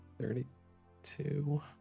thirty-two